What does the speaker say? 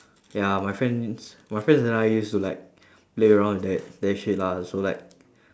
ya my friends my friends and I used to like play around with that that shit lah so like